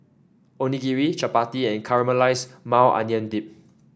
Onigiri Chapati and Caramelized Maui Onion Dip